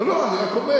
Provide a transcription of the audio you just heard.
לא, לא, אני רק אומר.